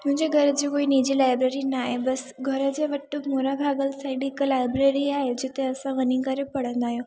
मुंहिंजे घर जूं कोई निजी लाइब्रेरी न आहे बसि घर जे वटि मोरा घाघर साइड हिकु लाइब्रेरी आहे जिते असां वञी करे पढ़ंदा आहियूं